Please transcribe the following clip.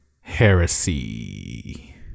heresy